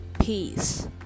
peace